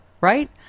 right